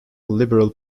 liberal